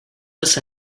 this